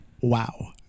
Wow